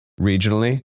regionally